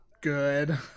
good